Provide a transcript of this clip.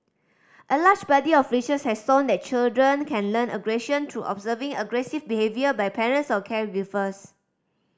a large body of research has shown that children can learn aggression through observing aggressive behaviour by parents or caregivers